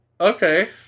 Okay